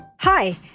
Hi